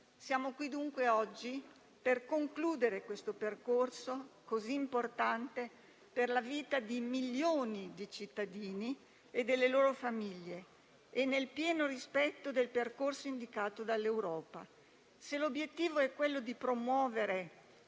Siamo qui dunque oggi per concludere un percorso così importante per la vita di milioni di cittadini e delle loro famiglie, nel pieno rispetto del percorso indicato dall'Europa. Se l'obiettivo è promuovere